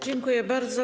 Dziękuję bardzo.